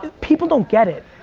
people don't get it,